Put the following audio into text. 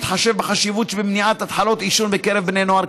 בהתחשב בחשיבות שבמניעת התחלת עישון בקרב בני נוער,